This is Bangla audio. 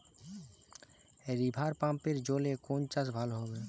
রিভারপাম্পের জলে কোন চাষ ভালো হবে?